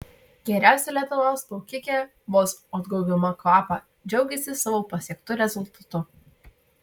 geriausia lietuvos plaukikė vos atgaudama kvapą džiaugėsi savo pasiektu rezultatu